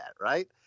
right